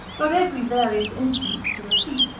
but, every various instance to repeat,